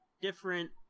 different